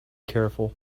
careful